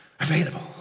available